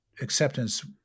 acceptance